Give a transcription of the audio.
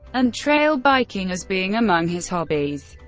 and trail biking as being among his hobbies.